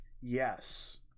yes